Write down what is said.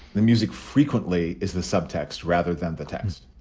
the music frequently is the subtext rather than the text.